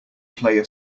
player